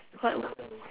what would